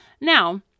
Now